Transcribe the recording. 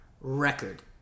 record